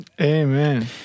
Amen